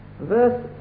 Verse